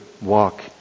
walk